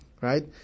right